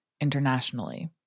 internationally